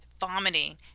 vomiting